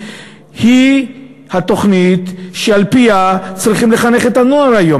שהיא התוכנית שעל-פיה צריכים לחנך את הנוער היום?